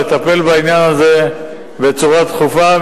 בעניין הזה בצורה דחופה,